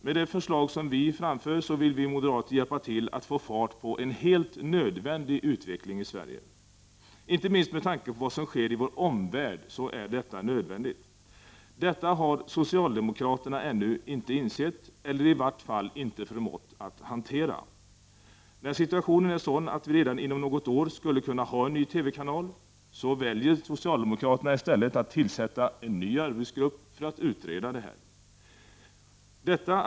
Med de förslag som vi framför vill vi moderater hjälpa till att få fart på en helt nödvändig utveckling i Sverige. Inte minst med tanke på vad som sker i vår omvärld är detta nödvändigt. Detta har socialdemokraterna ännu inte insett, eller i vart fall inte förmått att hantera. När situationen är sådan att vi redan inom något år skulle kunna ha en ny TV-kanal väljer socialdemokraterna i stället att tillsätta en ny arbetsgrupp för att utreda frågan.